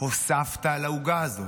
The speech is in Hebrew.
הוספת לעוגה הזאת.